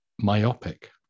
myopic